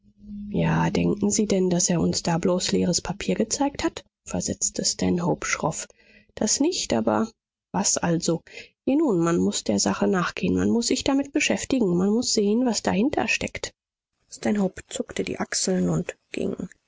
ja denken sie denn daß er uns da bloß leeres papier gezeigt hat versetzte stanhope schroff das nicht aber was also je nun man muß der sache nachgehen man muß sich damit beschäftigen man muß sehen was dahinter steckt stanhope zuckte die achseln und ging